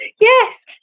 yes